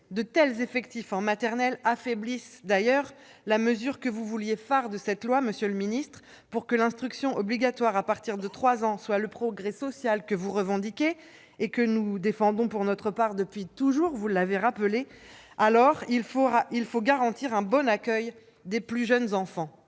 De tels effectifs en maternelle affaiblissent la mesure que vous vouliez « phare » de ce projet de loi. Pour que l'instruction obligatoire à partir de 3 ans soit le progrès social que vous revendiquez, et que nous défendons pour notre part depuis toujours, alors il faut garantir un bon accueil des plus jeunes enfants